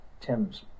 Tim's